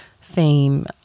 theme